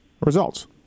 results